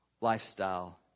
Lifestyle